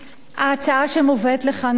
ההצעה שמובאת לכאן היום,